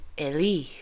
Eli